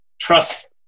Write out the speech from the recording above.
trust